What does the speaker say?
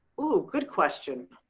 oh, good question.